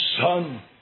Son